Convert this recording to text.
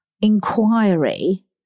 inquiry